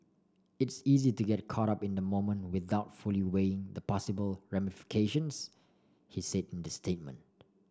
it's easy to get caught up in the moment without fully weighing the possible ramifications he said in the statement